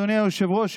אדוני היושב-ראש,